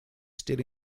still